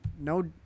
no